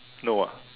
no ah